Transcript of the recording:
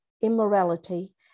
immorality